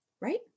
Right